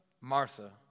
Martha